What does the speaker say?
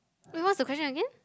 wait what's the question again